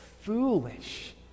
foolish